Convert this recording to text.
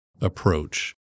approach